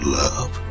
love